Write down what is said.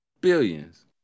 Billions